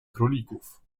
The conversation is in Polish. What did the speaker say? królików